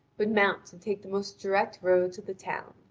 but mount and take the most direct road to the town.